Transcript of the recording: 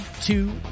two